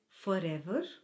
forever